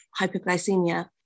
hypoglycemia